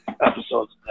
episodes